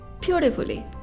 beautifully